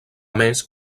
més